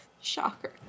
Shocker